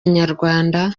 inyarwanda